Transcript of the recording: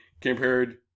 compared